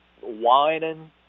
whining